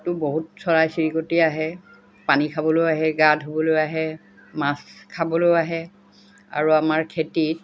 তো বহুত চৰাই চিৰিকটি আহে পানী খাবলৈও আহে গা ধুবলৈ আহে মাছ খাবলৈও আহে আৰু আমাৰ খেতিত